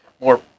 more